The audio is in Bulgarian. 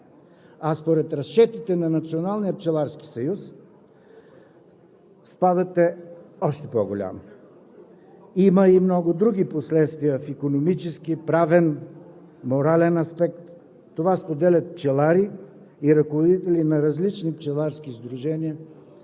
а според разчетите на Националния пчеларски съюз спадът е още по-голям. Има и много други последствия в икономически, правен, морален аспект. Това споделят пчеларите и ръководителите на различни пчеларски сдружения